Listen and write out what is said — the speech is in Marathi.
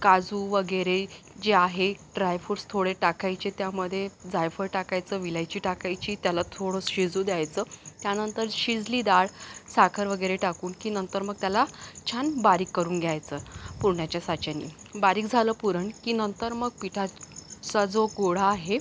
काजू वगैरे जे आहे ड्रायफुट्स थोडे टाकायचे त्यामध्ये जायफळ टाकायचं विलायची टाकायची त्याला थोडं शिजू द्यायचं त्यानंतर शिजली डाळ साखर वगैरे टाकून की नंतर मग त्याला छान बारीक करून घ्यायचं पुरणाच्या साच्यानी बारीक झालं पुरण की नंतर मग पिठाचा जो गोळा आहे